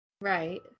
Right